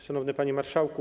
Szanowny Panie Marszałku!